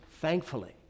thankfully